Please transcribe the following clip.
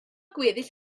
gweddill